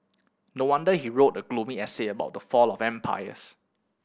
no wonder he wrote a gloomy essay about the fall of empires